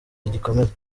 rigikomeza